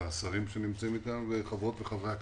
לשרים שנמצאים כאן ולחברות וחברי הכנסת.